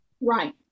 Right